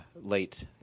late